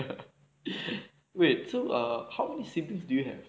wait so err how many siblings do you have